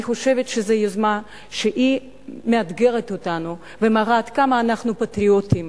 אני חושבת שזו יוזמה שמאתגרת אותנו ומראה עד כמה אנחנו פטריוטים.